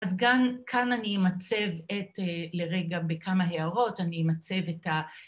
אז גם כאן אני אמצב את... לרגע בכמה הערות, אני אמצב את ה...